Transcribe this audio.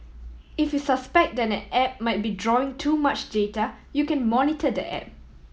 if you suspect that an app might be drawing too much data you can monitor the app